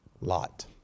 Lot